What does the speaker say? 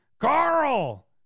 Carl